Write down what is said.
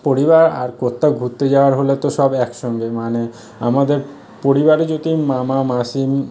পরিবার আর কোথাও ঘুত্তে যাওয়ার হলে তো সব একসঙ্গে মানে আমাদের পরিবারে যদি মামা মাসি